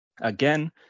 Again